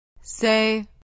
Say